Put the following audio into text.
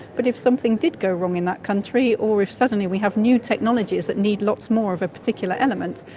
but if something did go wrong in that country or if suddenly we have new technologies that need lots more of a particular element,